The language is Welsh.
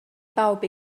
bawb